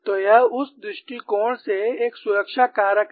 तो यह उस दृष्टिकोण से एक सुरक्षा कारक है